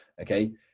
Okay